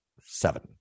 Seven